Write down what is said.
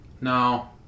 No